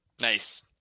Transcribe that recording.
Nice